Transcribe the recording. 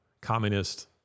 communist